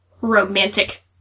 romantic